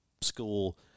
school